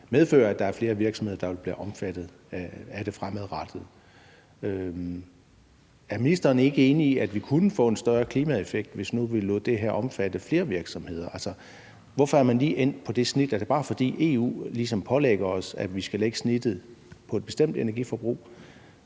medfører, at der er flere virksomheder, der vil blive omfattet af det fremadrettet. Er ministeren ikke enig i, at vi ville kunne få en større klimaeffekt, hvis nu vi lod det her omfatte flere virksomheder? Altså, hvorfor er man lige endt på det snit? Er det bare, fordi EU ligesom pålægger os, at vi skal lægge snittet på et bestemt energiforbrug?